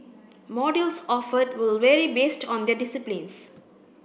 modules offered will vary based on their disciplines